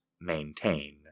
maintain